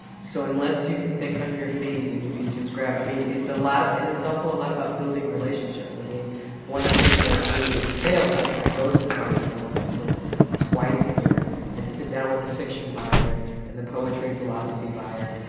so unless you can think on your feet, and you can just grab-i mean it's a lot and it's also a lot about building relationships. i mean one of the things that i do in sales is i go to the barnes and noble headquarters twice a year and sit down with the fiction buyer and the poetry and philosophy buyer.